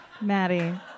Maddie